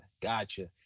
Gotcha